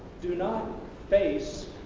do not face,